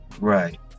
right